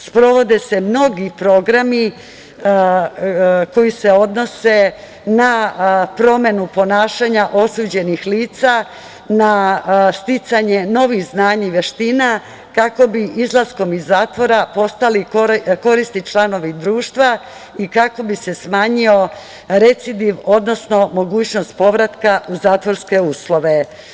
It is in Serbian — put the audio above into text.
Sprovode se mnogi programi koji se odnose na promenu ponašanja osuđenih lica, na sticanje novih znanja i veština, kako bi izlaskom iz zatvora postali korisni članovi društva i kako vi se smanjio recidiv, odnosno mogućnost povratka u zatvorske uslove.